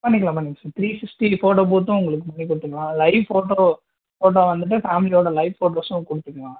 பண்ணிக்கலாம் பண்ணிக்கலாம் sir three sixty photo பூத்தும் உங்களுக்கு பண்ணி கொடுத்துக்கலாம் லைவ் ஃபோட்டோ ஃபோட்டோ வந்துட்டு ஃபேமிலியோடு லைவ் ஃபோட்டோஸ்ஸும் கொடுத்துக்கலாம்